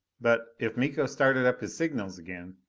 but if miko started up his signals again,